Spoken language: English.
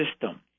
system